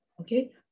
okay